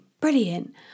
brilliant